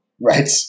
Right